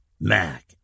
Mac